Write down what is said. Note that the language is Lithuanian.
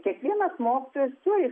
kiekvienas mokytojas turi